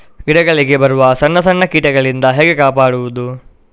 ಗಿಡಗಳಿಗೆ ಬರುವ ಸಣ್ಣ ಸಣ್ಣ ಕೀಟಗಳಿಂದ ಹೇಗೆ ಕಾಪಾಡುವುದು?